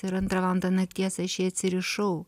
ir antrą valandą nakties aš jį atsirišau